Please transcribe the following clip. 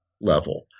level